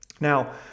Now